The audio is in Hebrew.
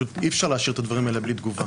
פשוט אי אפשר להשאיר את הדברים האלה בלי תגובה.